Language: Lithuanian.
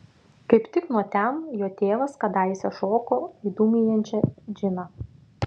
kaip tik nuo ten jo tėvas kadaise šoko į dūmijančią džiną